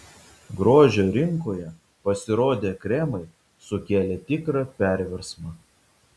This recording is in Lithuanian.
grožio rinkoje pasirodę kremai sukėlė tikrą perversmą